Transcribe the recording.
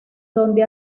donde